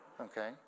Okay